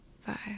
five